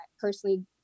personally